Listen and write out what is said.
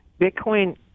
Bitcoin